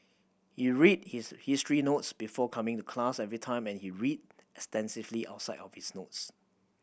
he read his history notes before coming to class every time and he read extensively outside of his notes